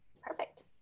perfect